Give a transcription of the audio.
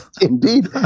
indeed